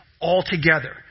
altogether